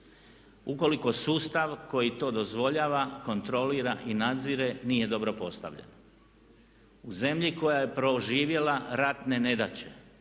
ukoliko sustav koji to dozvoljava kontrolira i nadzire nije dobro postavljen. U zemlji koja je proživjela ratne nedaće,